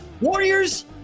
Warriors